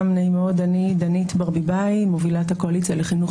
אנחנו חייבים להעביר את התקנות